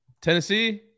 Tennessee